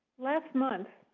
last month